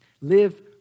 Live